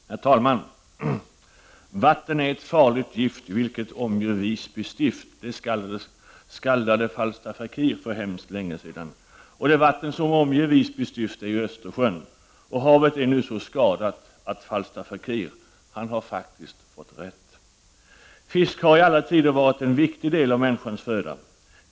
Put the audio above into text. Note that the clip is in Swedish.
Herr talman! Vatten är ett farligt gift vilket omger Visby stift, skaldade Falstaff Fakir för hemskt länge sedan. Det vatten som omger Visby stift är Östersjön. Havet är nu så skadat att Falstaff Fakir har faktiskt fått rätt. Fisk har i alla tider varit en viktig del av människans föda.